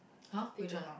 !huh! which one